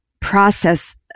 process